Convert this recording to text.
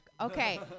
okay